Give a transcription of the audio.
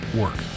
work